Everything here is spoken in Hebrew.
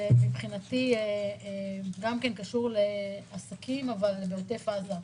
שקשור לעסקים בעוטף עזה.